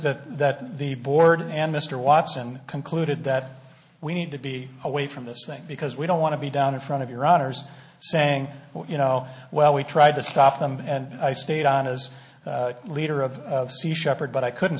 that that the board and mr watson concluded that we need to be away from this thing because we don't want to be down in front of your honor's saying you know well we tried to stop them and i stayed on as leader of sea shepherd but i couldn't